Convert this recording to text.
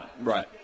right